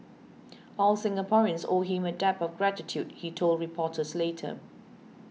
all Singaporeans owe him a debt of gratitude he told reporters later